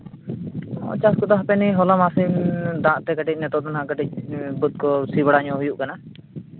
ᱪᱟᱥ ᱠᱚᱫᱚ ᱦᱟᱯᱮ ᱱᱤᱭᱟᱹ ᱦᱚᱞᱟ ᱢᱟᱫᱷᱮᱨ ᱫᱟᱜ ᱛᱮ ᱠᱟᱹᱴᱤᱡ ᱱᱤᱛᱚᱜ ᱫᱚ ᱦᱟᱸᱜ ᱠᱟᱹᱴᱤᱡ ᱵᱟᱹᱫᱽ ᱠᱚ ᱥᱤ ᱵᱟᱲᱟᱧᱚᱜ ᱦᱩᱭᱩᱜ ᱠᱟᱱᱟ